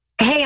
Hey